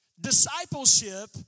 Discipleship